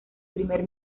primer